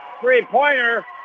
three-pointer